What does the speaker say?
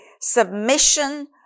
submission